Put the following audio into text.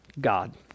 God